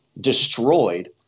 destroyed